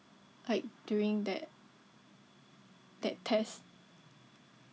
like during that that test